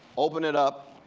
open it up,